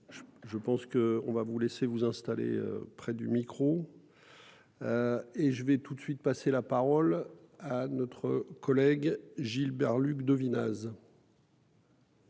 je pense que on va vous laisser vous installé près du micro. Et je vais tout de suite passer la parole à notre collègue Gilbert Luc devina.